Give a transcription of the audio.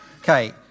Okay